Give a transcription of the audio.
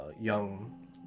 young